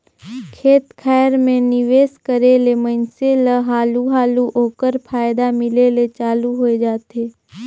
खेत खाएर में निवेस करे ले मइनसे ल हालु हालु ओकर फयदा मिले ले चालू होए जाथे